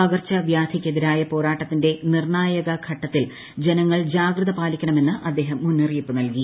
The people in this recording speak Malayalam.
പകർച്ചവ്യാധിയ്ക്കെതിരായ പോരാട്ടത്തിന്റെ നിർണ്ണായക ഘട്ടത്തിൽ ജനങ്ങൾ ജാഗ്രത പാലിക്കണമെന്ന് അദ്ദേഹം മുന്നറിയിപ്പ് നൽകി